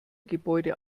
gebäude